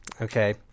Okay